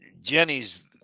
jenny's